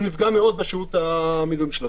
הוא נפגע מאוד בשירות המילואים שלו.